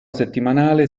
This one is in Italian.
settimanale